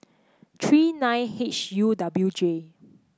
three nine H U W J